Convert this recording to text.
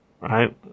right